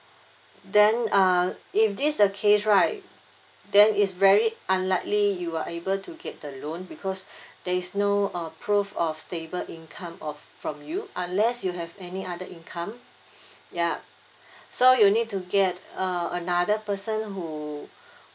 then uh if this the case right then it's very unlikely you are able to get the loan because there is no uh proof of stable income of from you unless you have any other income yup so you need to get uh another person who